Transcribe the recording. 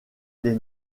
des